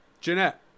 Jeanette